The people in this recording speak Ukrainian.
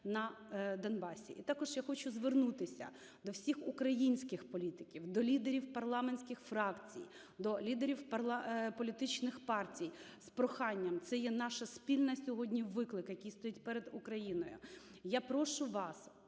на Донбасі. І також я хочу звернутися до всіх українських політиків, до лідерів парламентських фракцій, до лідерів політичних партій з проханням. Це є наш спільний сьогодні виклик, який стоїть перед Україною. Я прошу вас